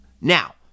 Now